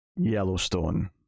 Yellowstone